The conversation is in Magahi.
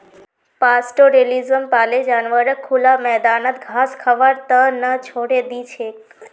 पास्टोरैलिज्मत पाले जानवरक खुला मैदानत घास खबार त न छोरे दी छेक